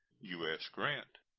u s. grant.